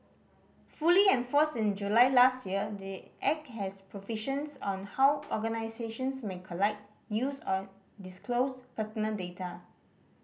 fully enforced in July last year the Act has provisions on how organisations may collect use and disclose personal data